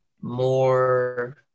more